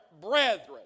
brethren